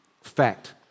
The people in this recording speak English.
Fact